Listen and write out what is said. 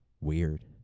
weird